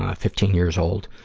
ah fifteen years old.